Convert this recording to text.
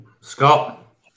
Scott